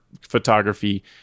photography